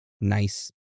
nice